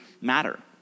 matter